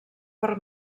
per